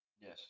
Yes